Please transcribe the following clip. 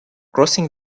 crossing